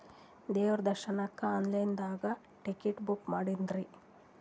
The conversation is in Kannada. ದೇವ್ರ ದರ್ಶನಕ್ಕ ಆನ್ ಲೈನ್ ದಾಗ ಟಿಕೆಟ ಬುಕ್ಕ ಮಾಡ್ಬೊದ್ರಿ?